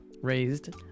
raised